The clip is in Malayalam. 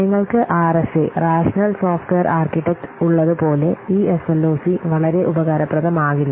നിങ്ങൾക്ക് ആർഎസ്എ രാഷ്ണൽ സോഫ്റ്റ്വെയർ ആർക്കിടെക്റ്റ് ഉള്ളതുപോലെ ഈ എസ്എൽഓസി വളരെ ഉപകാരപ്രദമാകില്ല